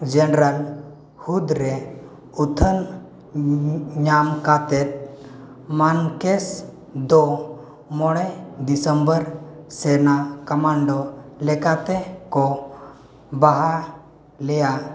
general ᱦᱩᱫᱽ ᱨᱮ ᱩᱛᱷᱟᱹᱞ ᱧᱟᱢ ᱠᱟᱛᱮᱫ ᱢᱟᱱᱠᱮᱥ ᱫᱚ ᱢᱚᱬᱮ ᱫᱤᱥᱚᱢᱵᱚᱨ ᱥᱮᱱᱟᱜ ᱠᱟᱢᱟᱱᱰᱳ ᱞᱮᱠᱟᱛᱮ ᱠᱚ ᱵᱟᱦᱟᱞᱮᱭᱟ